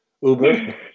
Uber